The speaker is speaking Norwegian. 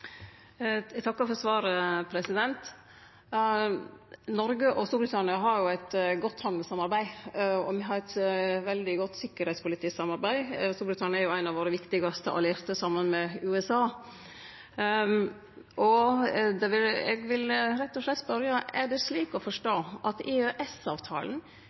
Eg takkar for svaret. Noreg og Storbritannia har eit godt handelssamarbeid, og me har eit veldig godt sikkerheitspolitisk samarbeid. Storbritannia er ein av våre viktigaste allierte, saman med USA. Eg vil rett og slett spørje: Er det slik å forstå at